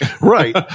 Right